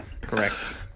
Correct